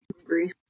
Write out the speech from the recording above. Agree